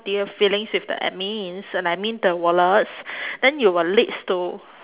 to your feelings with the admins and I mean the warlords then it will leads to